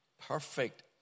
perfect